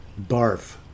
barf